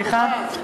סליחה.